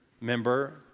member